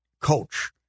coach